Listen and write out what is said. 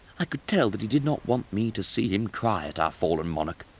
i could tell that he did not want me to see him cry at our fallen monarch,